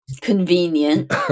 Convenient